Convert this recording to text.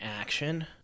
action